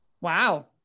Wow